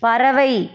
பறவை